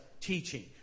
teaching